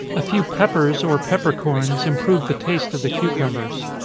a few peppers, or peppercorns, improve the taste of the cucumbers.